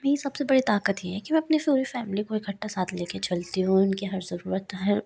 मेरी सबसे बड़ी ताकत यह है कि वह अपने फुल फैमिली को इकट्ठा साथ ले कर चलती हूँ उनके हर ज़रूरत हर